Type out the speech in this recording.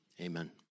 Amen